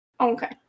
Okay